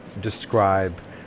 describe